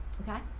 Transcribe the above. Okay